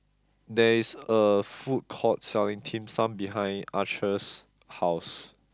there is a food court selling Dim Sum behind Archer's house